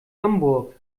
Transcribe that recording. hamburg